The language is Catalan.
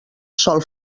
sol